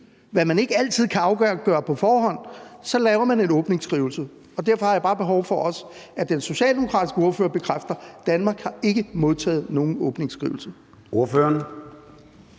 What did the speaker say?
hvad man ikke altid kan afgøre på forhånd, så laver man en åbningsskrivelse. Derfor har jeg bare også behov for, at den socialdemokratiske ordfører bekræfter, at Danmark ikke har modtaget nogen åbningsskrivelse.